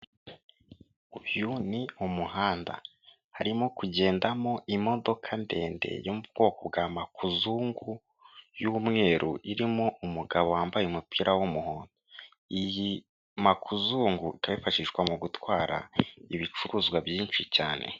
Uyu ni umuhanda, harimo kugendamo imodoka ndende yo mu bwoko bwa makuzungu y'umweru, irimo umugabo wambaye umupira w'umuhondo. Iyi makuzungu yifashishwa mu gutwara ibicuruzwa byinshi cyane.